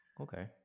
Okay